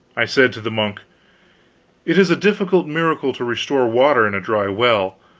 i said to the monk it is a difficult miracle to restore water in a dry well,